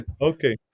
okay